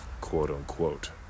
quote-unquote